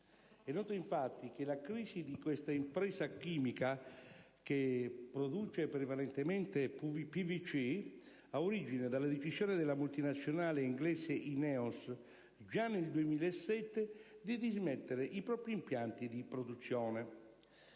È noto infatti che la crisi di questa impresa chimica, che produce prevalentemente PVC, ha origine dalla decisione della multinazionale inglese INEOS, già nel 2007, di dismettere i propri impianti di produzione.